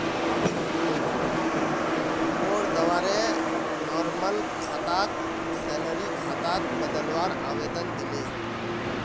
मोर द्वारे नॉर्मल खाताक सैलरी खातात बदलवार आवेदन दिले